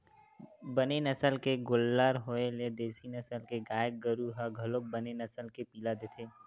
बने नसल के गोल्लर होय ले देसी नसल के गाय गरु ह घलोक बने नसल के पिला देथे